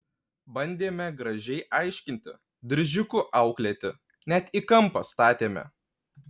bandėme gražiai aiškinti diržiuku auklėti net į kampą statėme